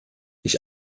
ich